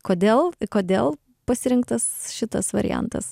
kodėl kodėl pasirinktas šitas variantas